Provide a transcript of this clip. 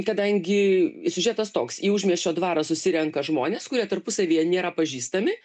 kadangi siužetas toks į užmiesčio dvarą susirenka žmonės kurie tarpusavyje nėra pažįstami